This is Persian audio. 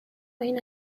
این